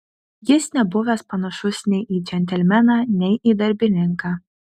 jis nebuvęs panašus nei į džentelmeną nei į darbininką